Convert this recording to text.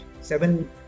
seven